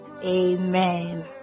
Amen